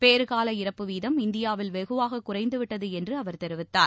பேறுகால இறப்பு வீதம் இந்தியாவில் வெகுவாக குறைந்துவிட்டது என்று அவர் தெரிவித்தார்